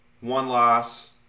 one-loss